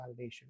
validation